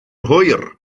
hwyr